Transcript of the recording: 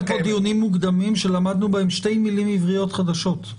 היו לנו פה דיונים מוקדמים שלמדנו בהם שתי מילים עבריות חדשות.